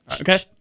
Okay